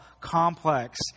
complex